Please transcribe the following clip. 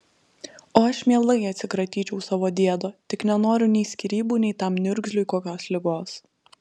o aš mielai atsikratyčiau savo diedo tik nenoriu nei skyrybų nei tam niurgzliui kokios ligos